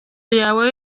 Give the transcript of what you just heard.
yawe